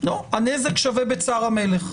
בכל מקרה,